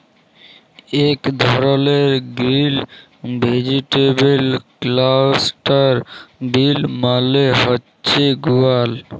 ইক ধরলের গ্রিল ভেজিটেবল ক্লাস্টার বিল মালে হছে গুয়ার